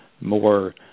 more